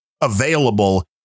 available